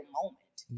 moment